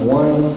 one